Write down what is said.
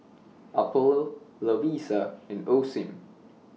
Apollo Lovisa and Osim